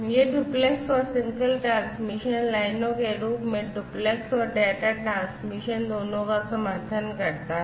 यह डुप्लेक्स और single transmission लाइनों के रूप में डुप्लेक्स और डेटा ट्रांसमिशन दोनों का समर्थन करता है